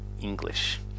English